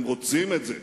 הם רוצים את זה,